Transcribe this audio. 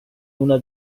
una